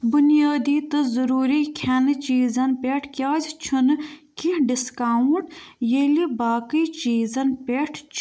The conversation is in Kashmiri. بُنیٲدی تہٕ ضروٗری کھیٚنہٕ چیٖزن پٮ۪ٹھ کیٛازِ چھنہٕ کیںٛہہ ڈسکاونٹ ییٚلہِ باقٕے چیٖزن پٮ۪ٹھ چھ